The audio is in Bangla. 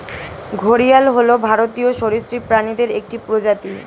ঘড়িয়াল হল ভারতীয় সরীসৃপ প্রাণীদের একটি প্রজাতি